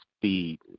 speed